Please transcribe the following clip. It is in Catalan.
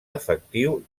efectiu